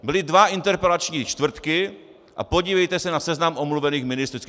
Byly dva interpelační čtvrtky a podívejte se na seznam omluvených ministrů!